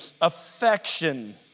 affection